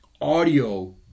audio